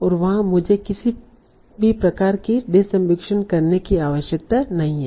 और वहां मुझे किसी भी प्रकार की डिसअम्बिगुईशन करने की आवश्यकता नहीं है